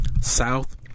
south